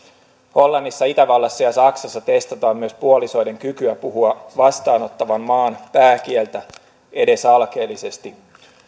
hollannissa itävallassa ja saksassa testataan myös puolisoiden kykyä puhua vastaanottavan maan pääkieltä edes alkeellisesti